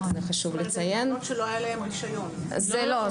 חשוב לציין.